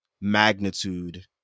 magnitude